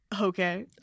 Okay